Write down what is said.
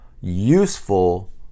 useful